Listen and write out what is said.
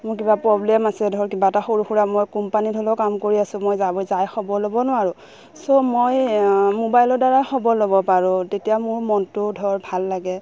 মোৰ কিবা প্ৰব্লেম আছে ধৰ কিবা এটা সৰু সুৰা মই কোম্পানীত হ'লেও কাম কৰি আছোঁ মই যাব যাই খবৰ ল'ব নোৱাৰোঁ চ' মই মোবাইলৰদ্বাৰা খবৰ ল'ব পাৰোঁ তেতিয়া মোৰ মনটো ধৰ ভাল লাগে